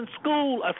school